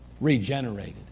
regenerated